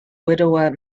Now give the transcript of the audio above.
widower